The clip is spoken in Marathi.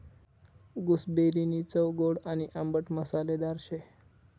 गूसबेरीनी चव गोड आणि आंबट मसालेदार शे